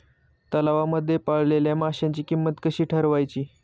तलावांमध्ये पाळलेल्या माशांची किंमत कशी ठरवायची?